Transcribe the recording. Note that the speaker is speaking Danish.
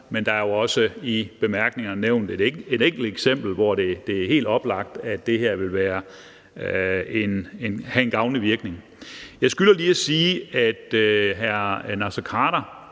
men der er jo også i bemærkningerne nævnt et enkelt eksempel, hvor det er helt oplagt, at det her vil have en gavnlig virkning. Jeg skylder lige at sige, at hr. Naser Khader